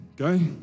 Okay